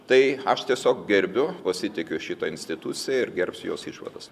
tai aš tiesiog gerbiu pasitikiu šita institucija ir gerbsiu jos išvadas